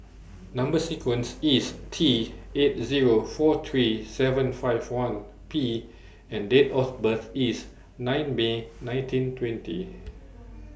Number sequence IS T eight Zero four three seven five one P and Date of birth IS nine May nineteen twenty